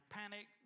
panic